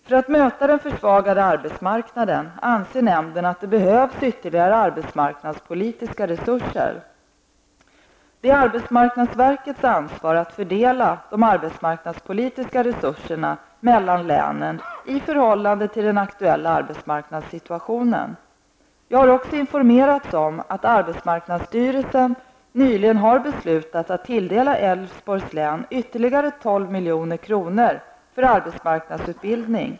För att möta den försvagade arbetsmarknaden anser nämnden att det behövs ytterligare arbetsmarknadspolitiska resurser. Det är arbetsmarknadsverkets ansvar att fördela de arbetsmarknadspolitiska resurserna mellan länen i förhållande till den aktuella arbetsmarknadssituationen. Jag har också informerats om att arbetsmarknadsstyrelsen, AMS, nyligen har beslutat att tilldela Älvsborgs län ytterligare 12 milj.kr. för arbetsmarknadsutbildning.